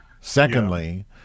secondly